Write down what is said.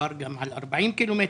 ודובר גם על 40 קילומטר,